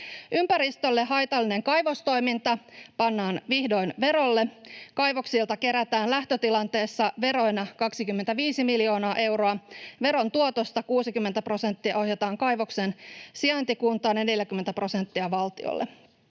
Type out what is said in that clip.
Ympäristölle haitallinen kaivostoiminta pannaan vihdoin verolle. Kaivoksilta kerätään lähtötilanteessa veroina 25 miljoonaa euroa. Veron tuotosta 60 prosenttia ohjataan kaivoksen sijaintikuntaan ja 40 prosenttia valtiolle.